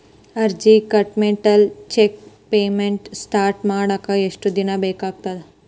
ಅರ್ಜಿ ಕೊಟ್ಮ್ಯಾಲೆ cheque payment stop ಮಾಡಾಕ ಎಷ್ಟ ದಿನಾ ಬೇಕಾಗತ್ತಾ